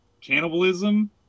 cannibalism